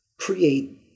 create